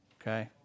okay